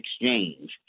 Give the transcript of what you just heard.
exchange